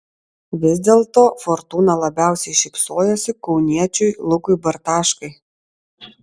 vis dėlto fortūna labiausiai šypsojosi kauniečiui lukui bartaškai